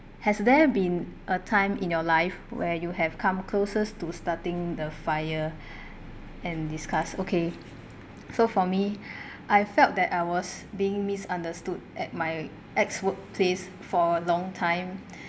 has there been a time in your life where you have come closest to starting the fire and discuss okay so for me I felt that I was being misunderstood at my ex workplace for a long time